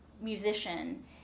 musician